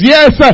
Yes